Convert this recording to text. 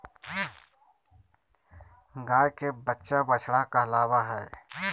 गाय के बच्चा बछड़ा कहलावय हय